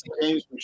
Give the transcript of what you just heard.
Games